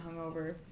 hungover